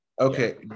Okay